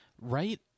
right